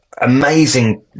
amazing